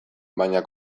baina